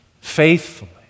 faithfully